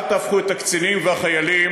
אל תהפכו את הקצינים והחיילים